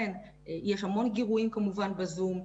יש המון גירויים כמובן בזום,